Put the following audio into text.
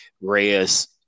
Reyes